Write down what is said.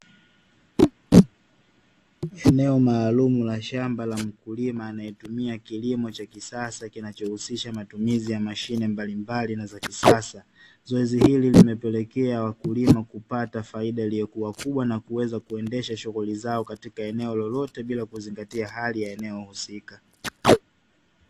Eneo maalum la shamba la mkulima anayetumia kilimo cha kisasa kinachohusisha matumizi ya mashine mbalimbali na za kisasa, zoezi hili limepelekea wakulima kupata faida iliyokuwa kubwa na kuweza kuendesha shughuli zao katika eneo lolote bila kuzingatia hali ya eneo husika.